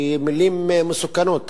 כי מלים מסוכנות.